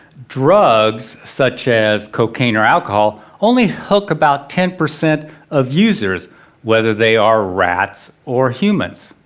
drugs such as cocaine or alcohol only hook about ten percent of users whether they are rats or humans.